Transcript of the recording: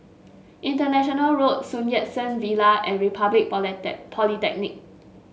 International Road Sun Yat Sen Villa and Republic Polytechnic